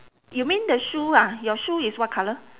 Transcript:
you mean the shoe ah your shoe is what colour